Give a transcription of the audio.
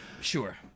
Sure